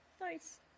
Nice